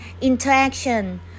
Interaction